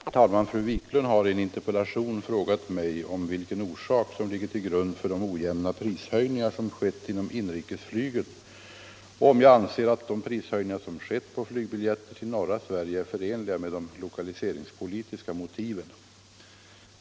Herr talman! Fru Wiklund har i en interpellation frågat mig om vilken orsak som ligger till grund för de ojämna prishöjningar som skett inom inrikesflyget och om jag anser att de prishöjningar som skett på flygbiljetter till norra Sverige är förenliga med de lokaliseringspolitiska motiven.